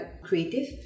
creative